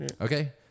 Okay